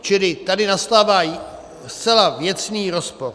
Čili tady nastává zcela věcný rozpor.